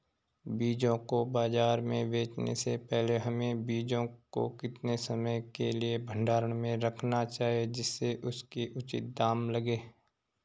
बीजों को बाज़ार में बेचने से पहले हमें बीजों को कितने समय के लिए भंडारण में रखना चाहिए जिससे उसके उचित दाम लगें?